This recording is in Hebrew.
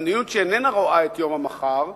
במדיניות שאיננה רואה את יום המחר,